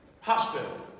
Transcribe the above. Hospital